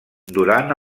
durant